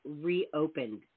reopened